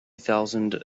thousand